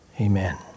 amen